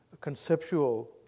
conceptual